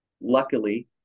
luckily